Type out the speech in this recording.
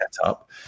setup